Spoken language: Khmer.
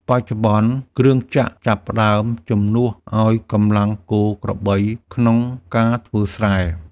បច្ចុប្បន្ន គ្រឿងចក្រចាប់ផ្ដើមជំនួសឱ្យកម្លាំងគោក្របីក្នុងការធ្វើស្រែ។